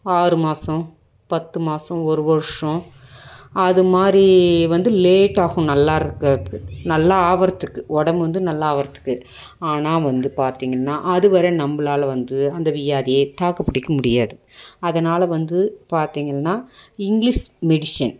ஆறு மாசம் பத்து மாசம் ஒரு வருடம் அது மாதிரி வந்து லேட்டாகும் நல்லாருக்கிறதுக்கு நல்லா ஆகுறதுக்கு உடம்பு வந்து நல்லா ஆகுறதுக்கு ஆனால் வந்து பார்த்தீங்கன்னா அது வர நம்மளால வந்து அந்த வியாதிய தாக்குப் பிடிக்க முடியாது அதனால் வந்து பார்த்தீங்கன்னா இங்கிலிஷ் மெடிஷன்